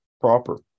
proper